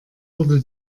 wurde